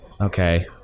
okay